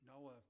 Noah